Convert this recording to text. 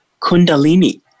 kundalini